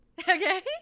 okay